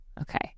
Okay